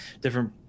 different